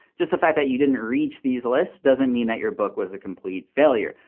just the fact that you didn't reach these lists, doesn't mean that your book was a complete failure.